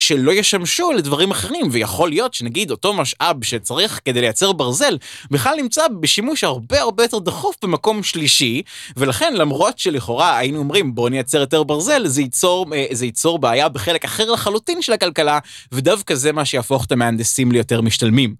שלא ישמשו לדברים אחרים, ויכול להיות שנגיד אותו משאב שצריך כדי לייצר ברזל, בכלל נמצא בשימוש הרבה הרבה יותר דחוף במקום שלישי, ולכן למרות שלכאורה היינו אומרים בואו נייצר יותר ברזל, זה ייצור בעיה בחלק אחר לחלוטין של הכלכלה, ודווקא זה מה שיהפוך את המהנדסים ליותר משתלמים.